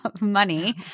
money